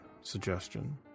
suggestion